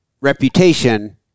reputation